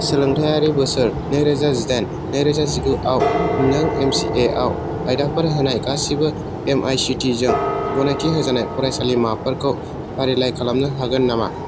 सोलोंथायारि बोसोर नै रोजा जिदाइन नै रोजा जिगु आव नों एम सि ए आव आयदाफोर होनाय गासिबो A I C T E जों गनायथि होजानाय फरायसालिमाफोरखौ फारिलाइ खालामनो हागोन नामा